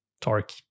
torque